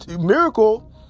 miracle